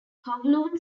kowloon